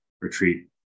retreat